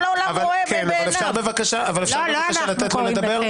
כל העולם קורא --- אפשר בבקשה לתת לו לדבר?